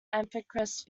empiricist